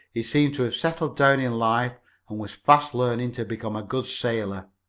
he seemed to have settled down in life and was fast learning to become a good sailor.